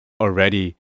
already